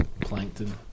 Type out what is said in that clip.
plankton